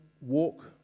walk